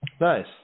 Nice